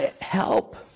help